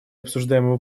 обсуждаемого